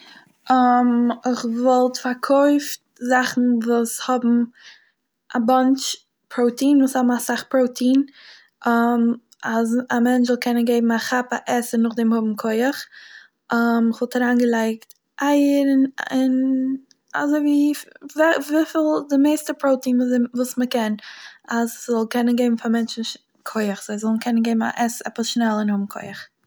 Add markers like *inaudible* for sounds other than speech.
איך וואלט פארקויפט זאכן וואס האבן א באנטש פראוטין וואס האבן אסאך פראוטין, *hesitation* אז א מענטש זאל קענען געבן א כאפ א עסן נאכדעם האבן כח, *hesitation* כ'וואלט אריינגעלייגט אייער און- און אזוי ווי וויפיל די מערסטע פראוטין ווי אזוי- וואס מ'קען אז ס'זאל קענען געבן פאר מענטשן *hesitation* כח, זיי זאלן קענען געבן א עס עפעס שנעל און האבן כח.